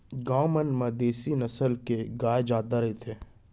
गॉँव मन म देसी नसल के गाय जादा रथे